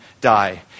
die